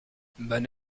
bonne